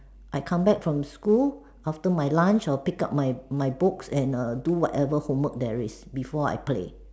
I come back from school after my lunch I will pick up my my books and err do whatever homework there is before I play